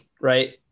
right